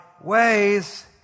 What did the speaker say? ways